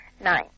Nine